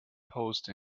post